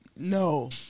No